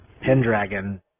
Pendragon